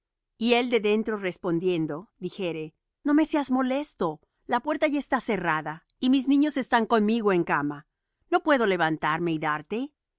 y el de dentro respondiendo dijere no me seas molesto la puerta está ya cerrada y mis niños están conmigo en cama no puedo levantarme y darte